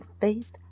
faith